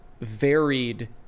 varied